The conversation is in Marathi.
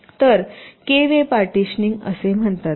तर के वे पार्टीशनिंग असे म्हणतात